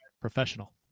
professional